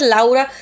Laura